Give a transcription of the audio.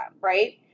right